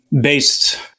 based